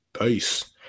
Nice